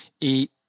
Et